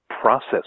process